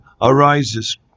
arises